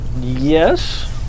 yes